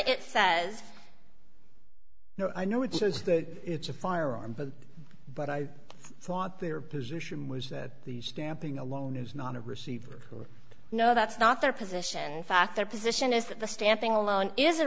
it says no i know it says that it's a firearm but but i thought their position was that the stamping alone is not a receiver no that's not their position fact their position is that the stamping alone is a